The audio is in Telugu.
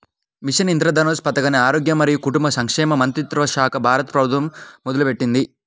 మిషన్ ఇంద్రధనుష్ పథకాన్ని ఆరోగ్య మరియు కుటుంబ సంక్షేమ మంత్రిత్వశాఖ, భారత ప్రభుత్వం మొదలుపెట్టింది